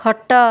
ଖଟ